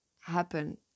happen